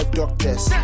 doctors